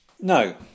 No